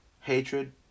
hatred